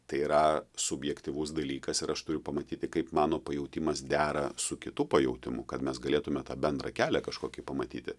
tai yra subjektyvus dalykas ir aš turiu pamatyti kaip mano pajautimas dera su kitu pajautimu kad mes galėtume tą bendrą kelią kažkokį pamatyti